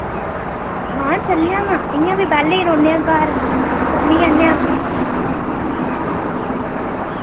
हां चलने आं ना इयां बी बैह्ल्ले ई रौह्न्ने आं घर घुम्मी औन्ने आं